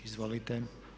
Izvolite.